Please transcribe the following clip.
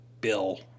bill